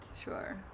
Sure